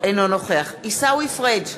אינו נוכח עיסאווי פריג'